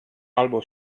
albo